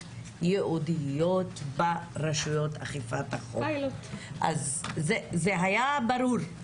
ייעודיות ברשויות אכיפת החוק - זה היה ברור.